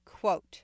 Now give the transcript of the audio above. Quote